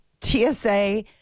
TSA